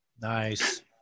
Nice